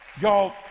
Y'all